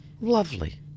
Lovely